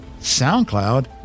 SoundCloud